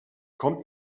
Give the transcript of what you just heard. kommt